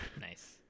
Nice